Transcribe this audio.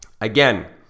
again